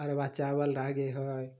अरवा चावल लागै हइ